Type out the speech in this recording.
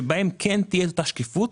שבהם תהיה שקיפות.